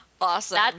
Awesome